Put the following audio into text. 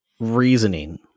Reasoning